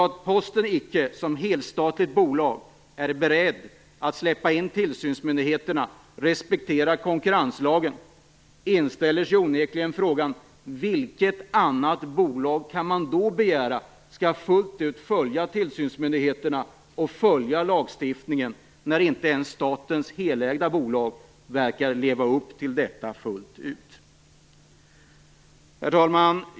Om Posten som helstatligt bolag icke är beredd att släppa in tillsynsmyndigheterna och respektera konkurrenslagen inställer sig onekligen frågan: Av vilket annat bolag kan man begära att det fullt ut skall följa tillsynsmyndigheterna och följa lagstiftningen, när inte ens statens helägda bolag verkar leva upp till detta fullt ut? Herr talman!